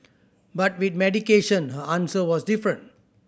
but with medication her answer was different